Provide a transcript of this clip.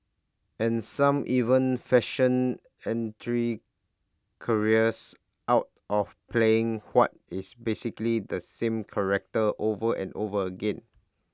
and some even fashion entry careers out of playing what is basically the same character over and over again